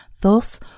Thus